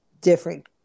different